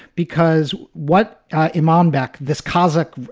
because what a man back this cosmic